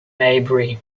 maybury